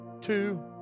two